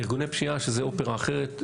ארגוני פשיעה זה אופרה אחרת,